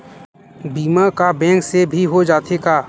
बीमा का बैंक से भी हो जाथे का?